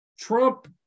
Trump